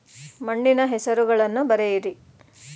ಮಣ್ಣಿನ ಹೆಸರುಗಳನ್ನು ಬರೆಯಿರಿ